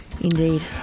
Indeed